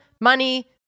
money